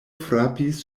frapis